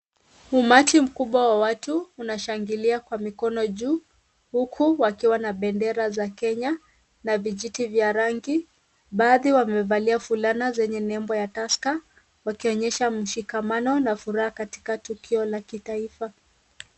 Umati mkubwa wa watu unashangilia kwa mikono juu huku wakiwa na bendera za Kenya na vijiti vya rangi baadhi wamevalia fulana zenye nembo ya Tusker wakionyesha mshikamano na furaha katika tukio la kitaifa.